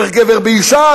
"דרך גבר באשה",